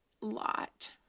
lot